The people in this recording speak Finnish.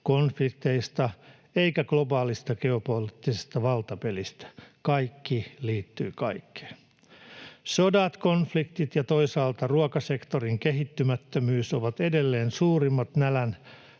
konflikteista eikä globaalista geopoliittisesta valtapelistä. Kaikki liittyy kaikkeen. Sodat, konfliktit ja toisaalta ruokasektorin kehittymättömyys ovat edelleen suurimmat